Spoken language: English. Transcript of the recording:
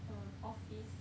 um office